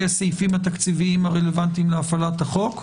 הסעיפים התקציביים הרלוונטיים להפעלת החוק,